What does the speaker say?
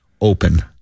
Open